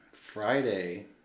friday